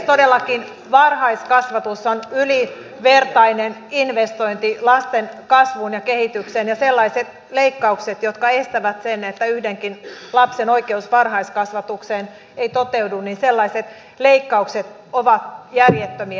todellakin varhaiskasvatus on ylivertainen investointi lasten kasvuun ja kehitykseen ja sellaiset leikkaukset jotka aiheuttavat sen että yhdenkin lapsen oikeus varhaiskasvatukseen ei toteudu ovat järjettömiä